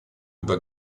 über